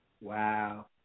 Wow